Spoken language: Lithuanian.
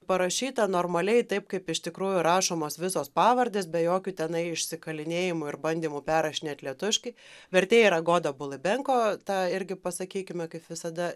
parašyta normaliai taip kaip iš tikrųjų rašomos visos pavardės be jokių tenai išsikalinėjimų ir bandymų perrašinėt lietuviškai vertėja yra goda bulabenko tą irgi pasakykime kaip visada